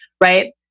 right